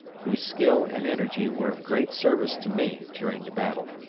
whose skill and energy were of great service to me during the battle.